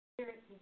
Spirit